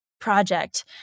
project